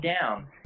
down